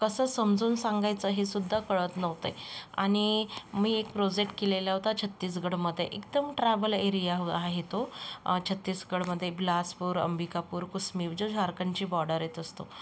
कसं समजवून सांगायचं हे सुद्धा कळत नव्हतं आणि मी एक प्रोजेक्ट केलेला होता छत्तीसगढमध्ये एकदम ट्राबल एरिया हो आहे तो छत्तीसगढमध्ये बिलासपूर अंबिकापूर कुस्मी जो झारखंडची बॉडर येत असतो